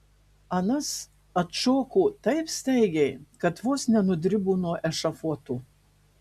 anas atšoko taip staigiai kad vos nenudribo nuo ešafoto